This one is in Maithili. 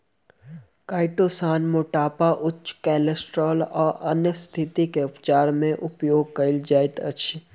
काइटोसान मोटापा उच्च केलेस्ट्रॉल आ अन्य स्तिथि के उपचार मे उपयोग कायल जाइत अछि